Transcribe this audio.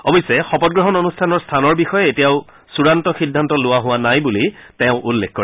অৱশ্যে শপতগ্ৰহণ অনূষ্ঠানৰ স্থানৰ বিষয়ে এতিয়াও চুড়ান্ত সিদ্ধান্ত লোৱা হোৱা নাই বুলিও তেওঁ উল্লেখ কৰে